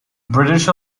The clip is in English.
british